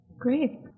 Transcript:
Great